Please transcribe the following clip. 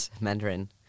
Mandarin